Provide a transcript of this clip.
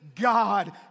God